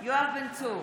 יואב בן צור,